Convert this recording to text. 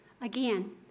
Again